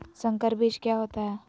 संकर बीज क्या होता है?